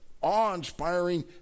awe-inspiring